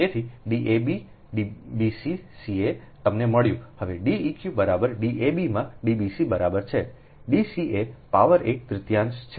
તેથી Da b b c c a તમને મળ્યું હવે Deq બરાબર D a b માં D b c બરાબર છે D c a પાવર એક તૃતીયાંશ છે